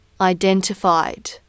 identified